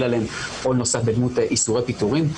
עליהם עול נוסף בדמות איסורי פיטורים,